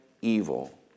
evil